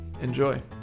Enjoy